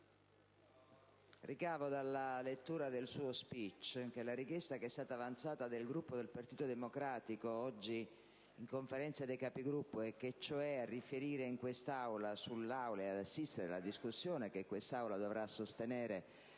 Ricavo dalla lettura del suo *speech* che la richiesta che è stata avanzata dal Gruppo del Partito Democratico oggi in Conferenza dei Capigruppo, e cioè che a riferire in quest'Aula e ad assistere alla discussione che quest'Aula dovrà sostenere